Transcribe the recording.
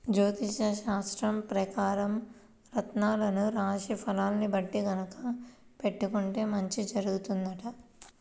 జ్యోతిష్యశాస్త్రం పెకారం రత్నాలను రాశి ఫలాల్ని బట్టి గనక పెట్టుకుంటే మంచి జరుగుతుందంట